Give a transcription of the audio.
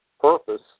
purpose